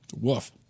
Woof